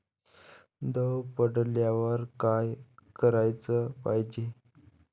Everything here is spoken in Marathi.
दव पडल्यावर का कराच पायजे?